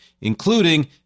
including